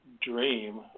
dream